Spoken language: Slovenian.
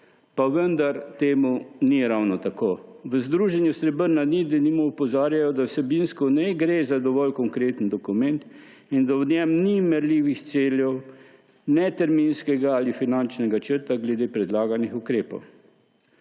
Pa vendar temu ni ravno tako. V združenju Srebrna nit denimo opozarjajo, da vsebinsko ne gre za dovolj konkreten dokument in da v njem ni merljivih ciljev terminskega ali finančnega načrta glede predlaganih ukrepov.